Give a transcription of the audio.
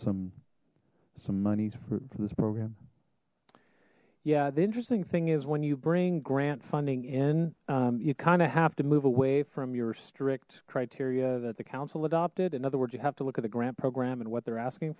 some some monies for this program yeah the interesting thing is when you bring grant funding in you kind of have to move away from your strict criteria that the council adopted in other words you have to look at the grant program and what they're asking